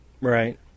Right